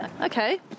okay